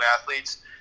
athletes